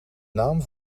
naam